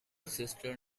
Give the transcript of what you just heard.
sister